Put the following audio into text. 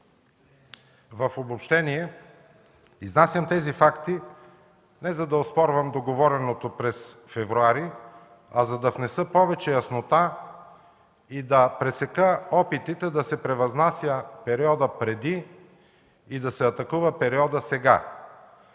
В обобщение – изнасям тези факти не за да оспорвам договореното през февруари, а за да внеса повече яснота и да пресека опитите да се превъзнася периодът „преди” и да се атакува периодът „сега”.